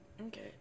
Okay